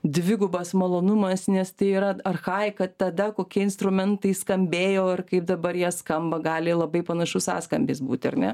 dvigubas malonumas nes tai yra archaika tada kokie instrumentai skambėjo ir kaip dabar jie skamba gali labai panašus sąskambis būti ar ne